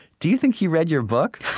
do you think he read your book?